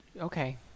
Okay